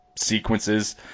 sequences